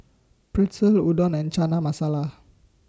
Pretzel Udon and Chana Masala